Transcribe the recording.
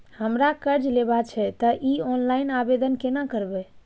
हमरा कर्ज लेबा छै त इ ऑनलाइन आवेदन केना करबै?